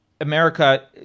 America